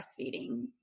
breastfeeding